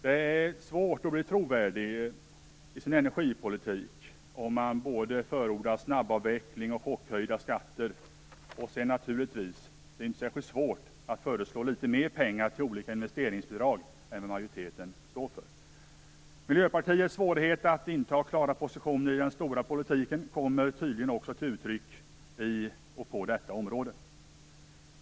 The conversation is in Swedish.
Det är svårt att bli trovärdig i sin energipolitik om man både förordar snabbavveckling och chockhöjda skatter. Det är inte särskilt svårt att föreslå litet mer pengar till olika investeringsbidrag än vad majoriteten gör. Miljöpartiets svårighet att inta klara positioner i den stora politiken kommer tydligen också till uttryck på detta område.